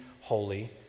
holy